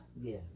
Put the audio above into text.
Yes